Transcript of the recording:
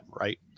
right